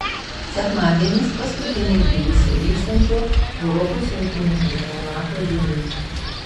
sekmadienis paskutinė tbilisyje vykstančio europos imtynių čempionato diena